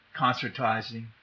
concertizing